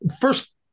first